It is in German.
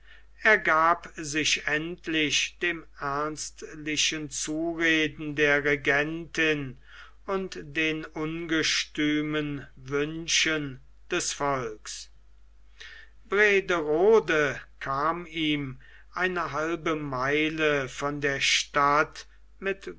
ergab sich endlich dem ernstlichen zureden der regentin und den ungestümen wünschen des volks brederode kam ihm eine halbe meile von der stadt mit